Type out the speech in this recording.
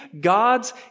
God's